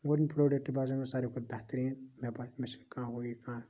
گۄڈنیُک پرٛوڈَکٹ باسیٚو مےٚ سارِوِٕے کھۅتہٕ بہتریٖن بیٚیہِ مےٚ باسیٚو مےٚ چھُ نہٕ کانٛہہ ہوٗ یہِ کانٛہہ